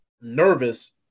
nervous